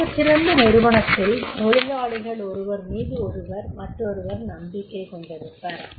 ஆகச்சிறந்த நிறுவனத்தில் தொழிலாளிகள் ஒருவர் மீது மற்றொருவர் நம்பிக்கை கொண்டிருப்பர்